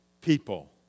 people